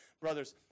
Brothers